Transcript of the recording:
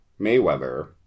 Mayweather